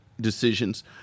decisions